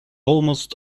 almost